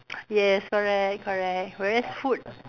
yes correct correct whereas food